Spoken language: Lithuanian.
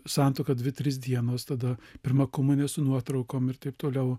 santuoką dvi tris dienos tad pirma komunija su nuotraukom ir taip toliau